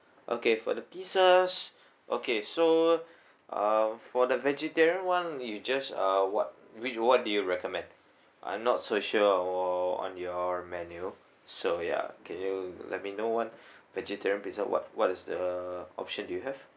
okay for the pizzas okay so uh for the vegetarian [one] you just uh what which what do you recommend I'm not so sure on on your menu so ya can you let me know what vegetarian pizza what what is the option you have